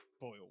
boil